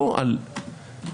לא על מקצועיותו.